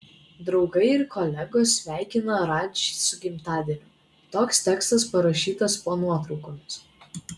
draugai ir kolegos sveikina radžį su gimtadieniu toks tekstas parašytas po nuotraukomis